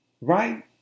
Right